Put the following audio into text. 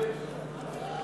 ההסתייגות של קבוצת סיעת בל"ד,